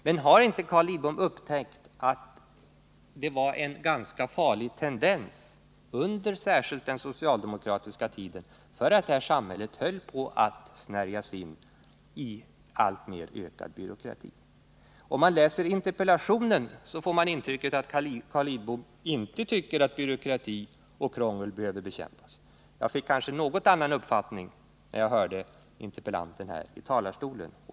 Men har inte Carl Lidbom upptäckt att det var en ganska farlig tendens, särskilt under den socialdemokratiska tiden, att samhället höll på att snärjas in i en alltmer ökad byråkrati? Om man läser interpellationen får man intrycket att Carl Lidbom inte tycker att byråkrati och krångel behöver bekämpas. Jag fick dock en något annorlunda uppfattning när jag hörde interpellanten i talarstolen.